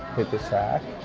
hit the sack,